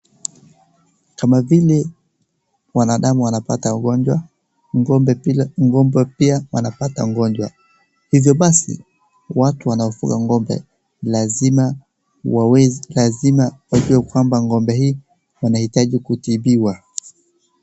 Kama vile wanadamu wanapata ugonjwa, ng'ombe pila, ng'ombe pia wanapata ugonjwa. Hivyo basi watu wanaofuga ng'ombe lazima waweze, lazima wajue kwamba ng'ombe hii wanahitaji kutibiwa.